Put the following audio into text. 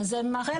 זה מראה,